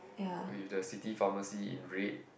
with the city pharmacy in red